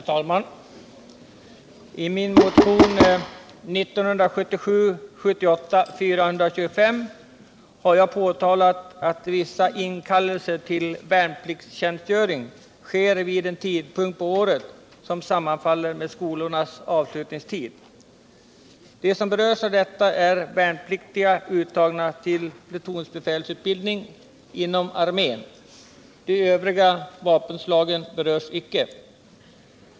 Herr talman! I min motion 1977/78:425 har jag påtalat att vissa inkallelser till värnpliktstjänstgöring sker vid en tidpunkt på året som sammanfaller med skolornas avslutningstid. De som berörs av detta är värnpliktiga uttagna till plutonbefälsutbildning inom armén. De övriga vapenslagen berörs icke.